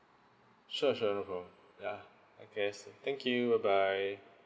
sure sure no problem ya okay so thank you bye bye